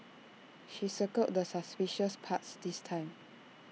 she circled the suspicious parts this time